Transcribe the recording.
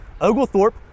Oglethorpe